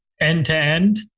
end-to-end